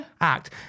act